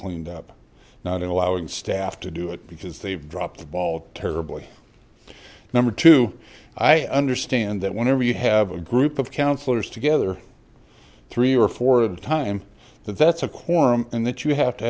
cleaned up not in allowing staff to do it because they've dropped the ball terribly number two i understand that whenever you have a group of counselors together three or four of time that that's a quorum and that you have to